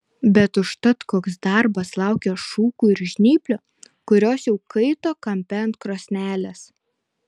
bet užtat koks darbas laukė šukų ir žnyplių kurios jau kaito kampe ant krosnelės